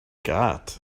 got